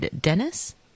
Dennis